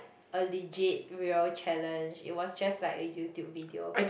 a legit real challenge it was just like a YouTube video